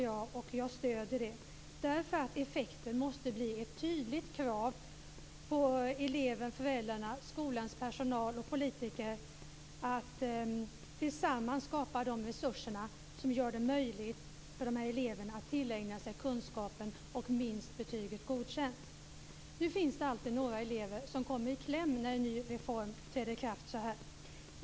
Jag stöder detta eftersom effekten måste bli ett tydligt krav på eleven, föräldrarna, skolans personal och politiker att tillsammans skapa de resurser som gör det möjligt för de här eleverna att tillägna sig kunskapen och minst betyget Godkänd. Det är dock alltid några elever som kommer i kläm när en ny reform träder i kraft.